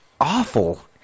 awful